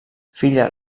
filla